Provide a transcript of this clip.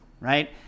right